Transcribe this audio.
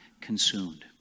consumed